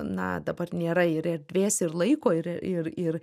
na dabar nėra ir erdvės ir laiko ir ir ir